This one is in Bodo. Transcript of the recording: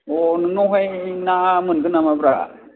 औ नोंनावहाय ना मोनगोन नामाब्रा